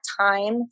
time